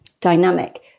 dynamic